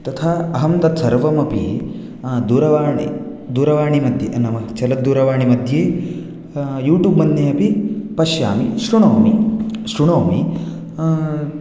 तथा अहं तत्सर्वमपि दूरवाणि दूरवाणिमध्ये नाम चलद्दूरवाणिमध्ये यूट्यूब्मध्येपि पश्यामि शृणोमि शृणोमि